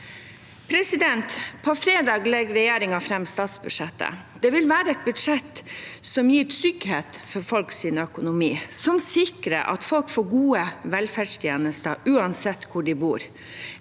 våre. På fredag legger regjeringen fram statsbudsjettet. Det vil være et budsjett som gir trygghet for folks økonomi, som sikrer at folk får gode velferdstjenester uansett hvor de bor,